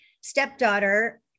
stepdaughter